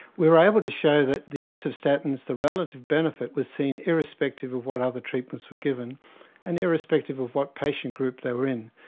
we are able to show that the use of statins, the relative benefit was seen irrespective of what other treatments were given and irrespective of what patient group they were in.